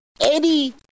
Eddie